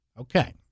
Okay